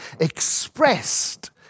expressed